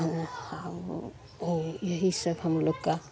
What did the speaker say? यही सब हम लोग का